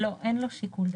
אין לו שיקול דעת.